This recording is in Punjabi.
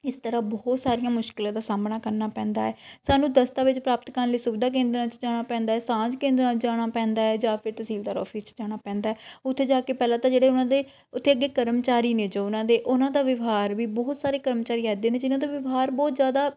ਇਸ ਤਰ੍ਹਾਂ ਬਹੁਤ ਸਾਰੀਆਂ ਮੁਸ਼ਕਿਲਾਂ ਦਾ ਸਾਹਮਣਾ ਕਰਨਾ ਪੈਂਦਾ ਹੈ ਸਾਨੂੰ ਦਸਤਾਵੇਜ਼ ਪ੍ਰਾਪਤ ਕਰਨ ਲਈ ਸੁਵਿਧਾ ਕੇਂਦਰਾਂ 'ਚ ਜਾਣਾ ਪੈਂਦਾ ਸਾਂਝ ਕੇਂਦਰਾਂ ਜਾਣਾ ਪੈਂਦਾ ਹੈ ਜਾਂ ਫਿਰ ਤਹਸੀਲਦਾਰ ਆਫਿਸ 'ਚ ਜਾਣਾ ਪੈਂਦਾ ਉੱਥੇ ਜਾ ਕੇ ਪਹਿਲਾਂ ਤਾਂ ਜਿਹੜੇ ਉਹਨਾਂ ਦੇ ਉੱਥੇ ਅੱਗੇ ਕਰਮਚਾਰੀ ਨੇ ਜੋ ਉਹਨਾਂ ਦੇ ਉਹਨਾਂ ਦਾ ਵਿਵਹਾਰ ਵੀ ਬਹੁਤ ਸਾਰੇ ਕਰਮਚਾਰੀ ਇੱਦਾਂ ਦੇ ਨੇ ਜਿਨ੍ਹਾਂ ਦਾ ਵਿਵਹਾਰ ਬਹੁਤ ਜ਼ਿਆਦਾ